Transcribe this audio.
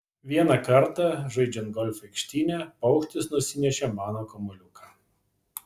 vieną kartą žaidžiant golfą aikštyne paukštis nusinešė mano kamuoliuką